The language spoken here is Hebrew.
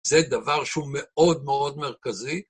זה דבר שהוא מאוד מאוד מרכזי.